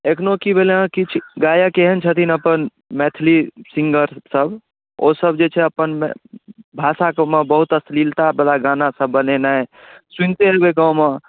एखनो की भेलैए किछु गायक एहन छथिन अपन मैथिली सिंगरसभ ओसभ जे छै अपन भाषाके मे बहुत अश्लीलतावला गानासभ बनेनाइ सुनिते हेबै गाममे